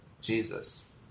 Jesus